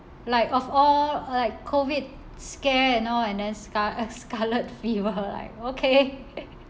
like of all like COVID scare and all and then scar~ a scarlet fever like okay